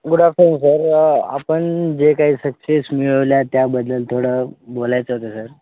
good afternoon sir आपण जे काही सक्सेस मिळवल्या त्याबद्दल थोडं बोलायचं होतं सर